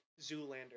Zoolander